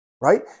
Right